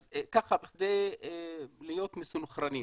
אז ככה, בכדי להיות מסונכרנים